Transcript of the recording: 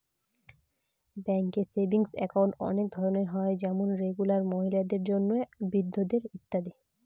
ব্যাঙ্কে savings account অনেক ধরনের হয় যেমন রেগুলার, মহিলাদের জন্য, বৃদ্ধদের ইত্যাদি